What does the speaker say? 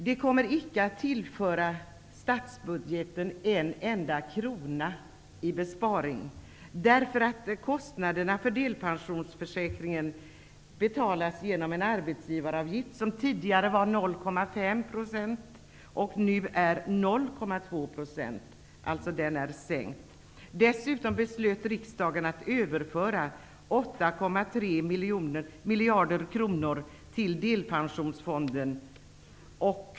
Detta kommer icke att tillföra statsbudgeten en enda krona i besparing, eftersom kostnaderna för delpensionsförsäkringen betalas genom en arbetsgivaravgift som tidigare var 0,5 % och nu är 0,2 %. Det har således skett en sänkning. miljarder kronor till delpensionsfonden.